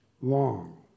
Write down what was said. long